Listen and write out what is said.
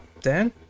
Dan